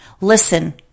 Listen